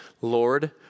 Lord